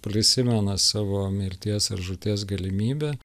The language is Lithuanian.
prisimena savo mirties ar žūties galimybę